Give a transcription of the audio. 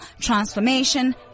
transformation